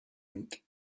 rink